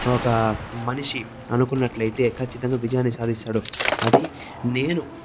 ఒక మనిషి అనుకున్నట్లయితే ఖచ్చితంగా విజయాన్ని సాధిస్తాడు అది నేను